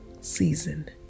season